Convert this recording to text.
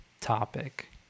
topic